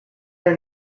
are